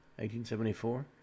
1874